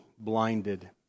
Blinded